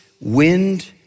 wind